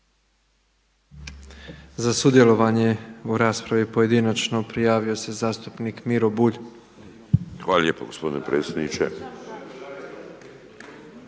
Za sudjelovanje u raspravi pojedinačno prijavio se zastupnik Miro Bulj. **Bulj, Miro (MOST)** Hvala lijepo gospodine predsjedniče.